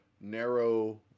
narrow